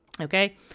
Okay